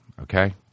Okay